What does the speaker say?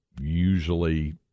usually